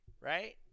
right